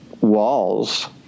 walls